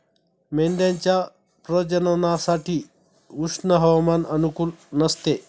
मेंढ्यांच्या प्रजननासाठी उष्ण हवामान अनुकूल नसते